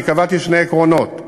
קבעתי שני עקרונות,